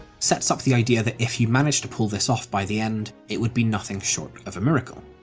sets up the idea that if you manage to pull this off by the end, it would be nothing short of a miracle.